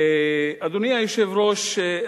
אדוני היושב-ראש,